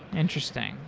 interesting.